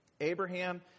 Abraham